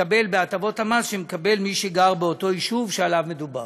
בהטבות המס שמקבל מי שגר באותו יישוב שעליו מדובר.